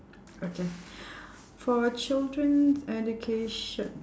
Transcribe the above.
okay for children's education